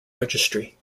registry